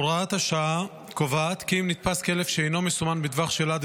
הוראת השעה קובעת כי אם נתפס כלב שאינו מסומן בטווח של עד